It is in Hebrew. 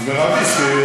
למה זה הכלל, עונש מרבי?